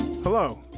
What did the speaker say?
Hello